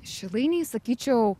šilainiai sakyčiau